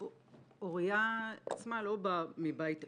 אוריה עצמה לא באה מבית עשיר.